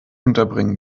unterbringen